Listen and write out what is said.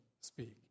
speak